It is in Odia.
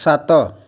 ସାତ